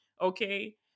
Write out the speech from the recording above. Okay